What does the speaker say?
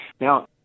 Now